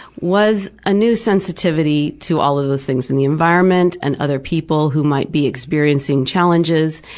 was a new sensitivity to all of those things in the environment and other people who might be experiencing challenges,